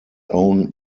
own